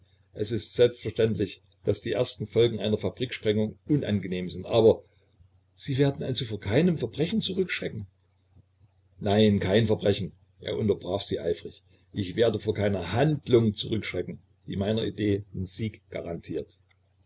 es ist selbstverständlich daß die ersten folgen einer fabriksprengung unangenehm sind aber sie werden also vor keinem verbrechen zurückschrecken nein kein verbrechen er unterbrach sie eifrig ich werde vor keiner handlung zurückschrecken die meiner idee den sieg garantiert